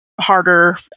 harder